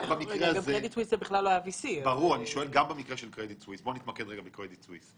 קרדיט סוויס בכלל לא היה VC. בואו נתמקד רגע בקרדיט סוויס.